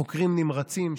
חוקרים נמרצים,